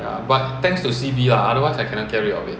but thanks to C_B lah otherwise I cannot get rid of it